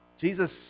Jesus